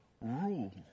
rule